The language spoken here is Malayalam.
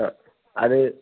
ആ അത്